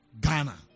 Ghana